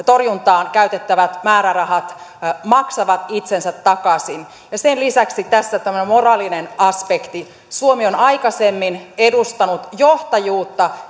torjuntaan käytettävät määrärahat maksavat itsensä takaisin ja sen lisäksi tässä on tämmöinen moraalinen aspekti suomi on aikaisemmin edustanut johtajuutta